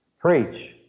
preach